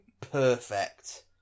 perfect